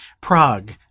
Prague